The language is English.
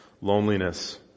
loneliness